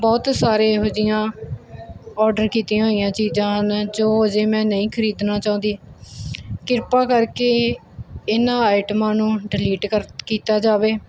ਬਹੁਤ ਸਾਰੇ ਇਹੋ ਜਿਹੀਆਂ ਆਰਡਰ ਕੀਤੀਆਂ ਹੋਈਆਂ ਚੀਜ਼ਾਂ ਜੋ ਅਜੇ ਮੈਂ ਨਹੀਂ ਖਰੀਦਣਾ ਚਾਹੁੰਦੀ ਕਿਰਪਾ ਕਰਕੇ ਇਹਨਾਂ ਆਈਟਮਾਂ ਨੂੰ ਡਿਲੀਟ ਕਰ ਕੀਤਾ ਜਾਵੇ